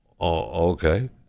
okay